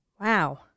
Wow